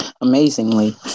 Amazingly